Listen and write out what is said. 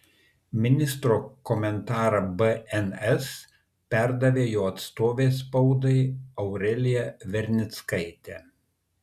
ministro komentarą bns perdavė jo atstovė spaudai aurelija vernickaitė